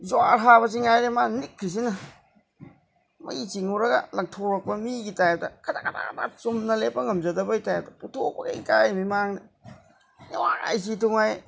ꯖꯨꯋꯥꯔ ꯍꯥꯏꯕꯁꯤ ꯉꯥꯏꯔꯦ ꯃꯥꯅ ꯅꯤꯛꯈꯤꯕꯁꯤꯅ ꯃꯩ ꯆꯤꯡꯂꯨꯔꯒ ꯂꯪꯊꯣꯔꯛꯄ ꯃꯤꯒꯤ ꯇꯥꯏꯞꯇ ꯈꯗ꯭ꯔꯛ ꯈꯗ꯭ꯔꯛ ꯈꯗ꯭ꯔꯛ ꯆꯨꯝꯅ ꯂꯦꯞꯄ ꯉꯝꯖꯗꯕꯩ ꯇꯥꯏꯞꯇ ꯄꯨꯊꯣꯛꯄꯒ ꯏꯀꯥꯏ ꯃꯤꯃꯥꯡꯗ